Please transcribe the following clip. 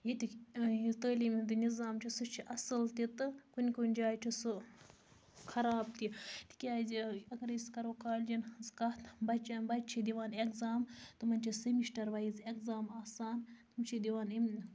ییٚتہِ تعلیٖم ہُنٛد یہِ نظام چھُ سُہ چھُ اصٕل تہِ تہٕ کُنہِ کُنہِ جایہِ چھِ سُہ خراب تہِ تِکیٛازِ اگر أسۍ کَرَو کالِجَن ۂنٛز کَتھ بَچَن بَچہٕ چھِ دِوان ایٚگزام تمَن چھِ سِمِسٹَر وایِز ایٚگزام آسان تِم چھِ دِوان